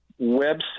website